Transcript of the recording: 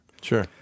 Sure